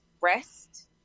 rest